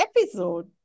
episode